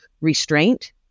restraint